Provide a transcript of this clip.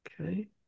Okay